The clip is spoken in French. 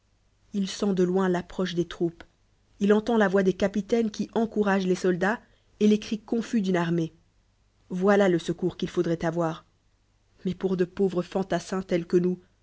il sent de loin l'approche des troupes il entend la voix des capitaines qui encouragent les soldats et les cris confus d'une armée voilà le secours qu'il faudroit avoir mais pour de pauvres fllntassins tels que nous